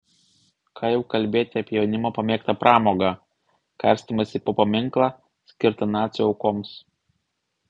ką jau kalbėti apie jaunimo pamėgtą pramogą karstymąsi po paminklą skirtą nacių aukoms